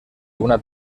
una